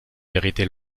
vérité